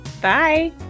Bye